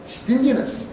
stinginess